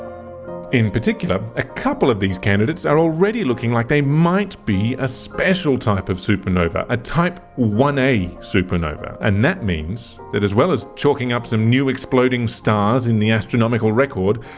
in particular a couple of these candidates are already looking like they might be a special type of supernova, a type one a supernova, and that means that as well as chalking up some new exploding stars in the astronomical record,